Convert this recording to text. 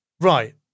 Right